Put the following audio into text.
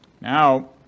now